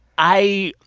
i,